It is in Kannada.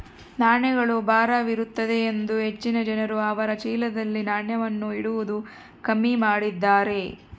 ನಾಣ್ಯಗಳು ಭಾರವಿರುತ್ತದೆಯೆಂದು ಹೆಚ್ಚಿನ ಜನರು ಅವರ ಚೀಲದಲ್ಲಿ ನಾಣ್ಯವನ್ನು ಇಡುವುದು ಕಮ್ಮಿ ಮಾಡಿದ್ದಾರೆ